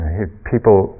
People